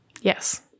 Yes